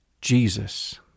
Jesus